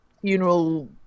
funeral